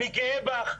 אני גאה בך,